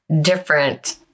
different